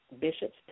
Bishops